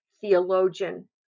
theologian